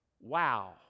Wow